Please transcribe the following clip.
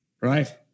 right